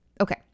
Okay